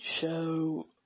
show